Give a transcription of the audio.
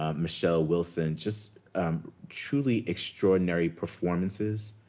um michelle wilson. just truly extraordinary performances